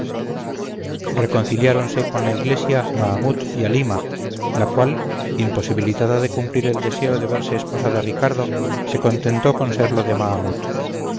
reconciliáronse con la iglesia mahamut y halima la cual imposibilitada de cumplir el deseo de verse esposa de ricardo se contentó con serlo de mahamut